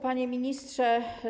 Panie Ministrze!